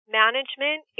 management